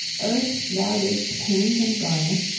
earth thou didst paint and garnish,